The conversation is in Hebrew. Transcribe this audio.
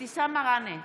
אבתיסאם מראענה,